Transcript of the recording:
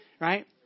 Right